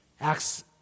Acts